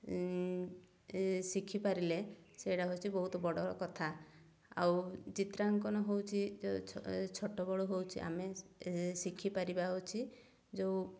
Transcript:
ଶିଖିପାରିଲେ ସେଇଟା ହେଉଛି ବହୁତ ବଡ଼ କଥା ଆଉ ଚିତ୍ରାଙ୍କନ ହେଉଛି ଛୋଟବେଳୁ ହେଉଛି ଆମେ ଶିଖିପାରିବା ହେଉଛି ଯେଉଁ